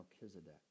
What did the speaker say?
Melchizedek